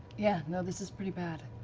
yeah, no, this is pretty bad.